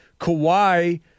Kawhi